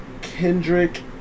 Kendrick